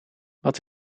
wat